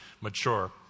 mature